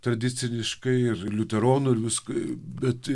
tradiciškai ir liuteronų ir visko bet